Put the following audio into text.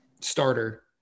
starter